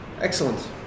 Excellent